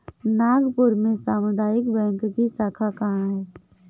नागपुर में सामुदायिक बैंक की शाखा कहाँ है?